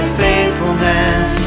faithfulness